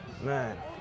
Man